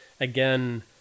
again